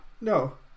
No